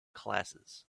classes